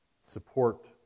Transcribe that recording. support